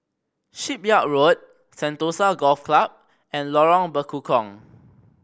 Shipyard Road Sentosa Golf Club and Lorong Bekukong